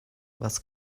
was